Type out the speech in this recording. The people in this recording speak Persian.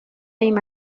این